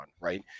right